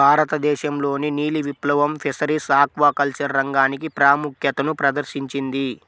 భారతదేశంలోని నీలి విప్లవం ఫిషరీస్ ఆక్వాకల్చర్ రంగానికి ప్రాముఖ్యతను ప్రదర్శించింది